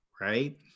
right